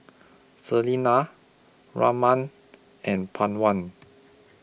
Selina Raman and Pawan